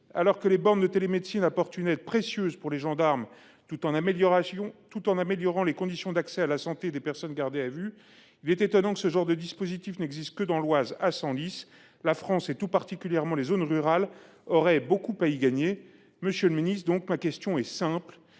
Alors que les bornes de télémédecine apportent une aide précieuse aux gendarmes tout en améliorant les conditions d’accès à la santé des personnes gardées à vue, il est étonnant que ce genre de dispositif n’existe que dans l’Oise, à Senlis. La France, et tout particulièrement les zones rurales, aurait beaucoup à gagner en utilisant de telles bornes. Ma question est simple